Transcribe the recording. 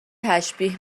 تشبیه